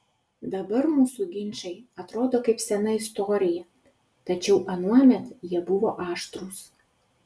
dabar mūsų ginčai atrodo kaip sena istorija tačiau anuomet jie buvo aštrūs